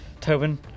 Tobin